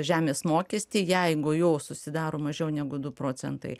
žemės mokestį jeigu jau susidaro mažiau negu du procentai